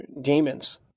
demons